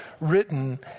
written